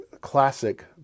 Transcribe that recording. classic